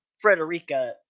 Frederica